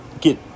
get